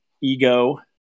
ego